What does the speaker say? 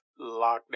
lockdown